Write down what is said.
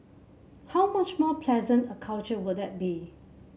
how much more pleasant a culture would that be